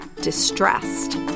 distressed